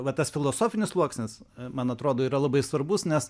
va tas filosofinis sluoksnis man atrodo yra labai svarbus nes